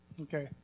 Okay